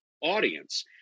audience